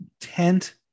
tent